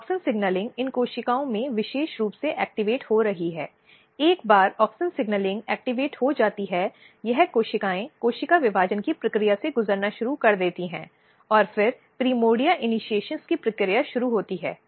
auxin signalling इन कोशिकाओं में विशेष रूप से सक्रिय हो रही है एक बार ऑक्सिन सिग्नलिंग सक्रिय हो जाती है यह कोशिकाएं कोशिका विभाजन की प्रक्रिया से गुजरना शुरू कर देती हैं और फिर प्राइमर्डिया इनिशीएशन की प्रक्रिया शुरू होती है